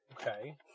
Okay